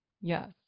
Yes